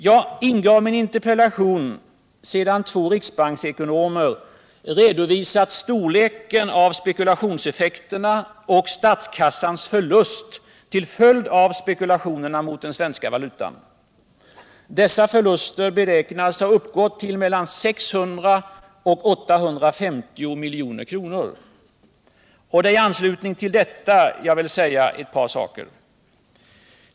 Jag ingav min interpellation sedan två riksbanksekonomer redovisat storleken av spekulationseffekterna och statskassans förlust till följd av spekulationerna mot den svenska valutan. Dessa förluster beräknas har uppgått till 600-850 milj.kr. Och det är i anslutning till detta jag vill säga ett par saker.